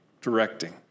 directing